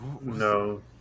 no